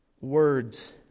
words